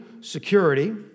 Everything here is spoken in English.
security